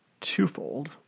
twofold